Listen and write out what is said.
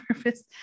purpose